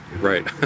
Right